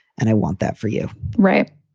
and i want that for you. right.